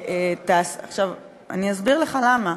עכשיו אני אסביר לך למה.